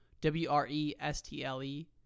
W-R-E-S-T-L-E